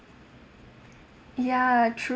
ya true